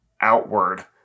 outward